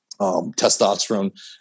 testosterone